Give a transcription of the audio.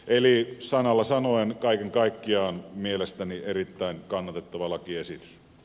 eli sanalla sanoen kaiken kaikkiaan mielestäni erittäin kannatettava lakiesitys